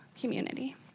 community